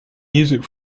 music